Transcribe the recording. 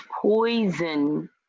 poison